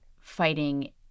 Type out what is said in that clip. fighting